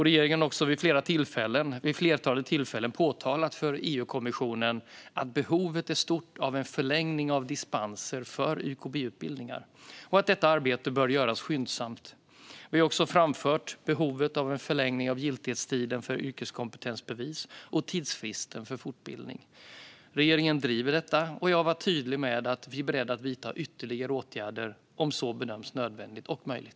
Regeringen har vid ett flertal tillfällen påpekat för EU-kommissionen att behovet är stort av en förlängning av dispenser för YKB-utbildningar och att detta arbete bör göras skyndsamt. Vi har också framfört behovet av en förlängning av giltighetstiden för yrkeskompetensbevis och tidsfristen för fortbildning. Regeringen driver detta, och jag har varit tydlig med att vi är beredda att vidta ytterligare åtgärder om så bedöms nödvändigt och möjligt.